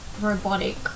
robotic